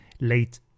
late